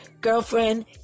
girlfriend